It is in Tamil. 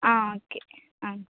ஆ ஓகே ஆ